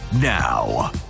now